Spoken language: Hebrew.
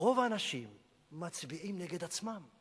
רוב האנשים מצביעים נגד עצמם.